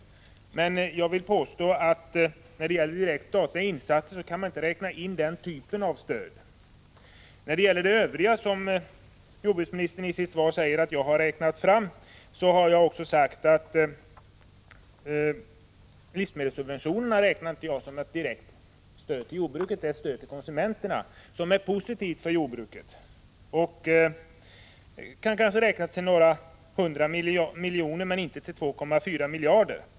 Man kan inte räkna in den typen av stöd i de direkta statliga insatserna. I övrigt har jag i min fråga sagt att jag inte räknar livsmedelssubventionerna som direkt statligt stöd till jordbruket. Det är ett stöd till konsumenterna, som är positivt för jordbruket. Det kan kanske räknas till några hundra miljoner men inte till 2,4 miljarder.